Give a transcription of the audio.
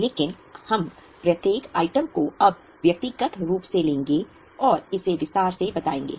लेकिन हम प्रत्येक आइटम को अब व्यक्तिगत रूप से लेंगे और इसे विस्तार से बताएंगे